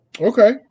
Okay